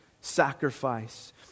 sacrifice